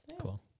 cool